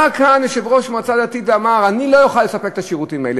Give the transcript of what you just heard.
בא כאן יושב-ראש המועצה הדתית ואמר: אני לא אוכל לספק את השירותים האלה.